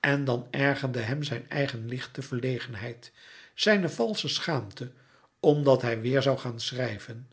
en dan ergerde hem zijne eigen lichte verlegenheid zijne valsche schaamte omdat hij weêr zoû gaan schrijven